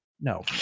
no